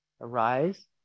arise